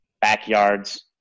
backyards